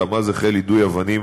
אולם אז החל יידוי אבנים